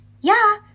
Yeah